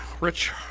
Rich